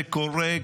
וזה קורה,